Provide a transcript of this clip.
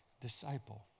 disciple